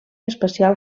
espacial